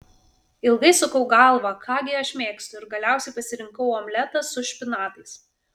ilgai sukau galvą ką gi aš mėgstu ir galiausiai pasirinkau omletą su špinatais